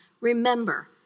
remember